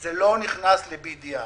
זה לא נכנס ל-BDI.